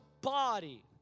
body